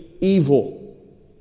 evil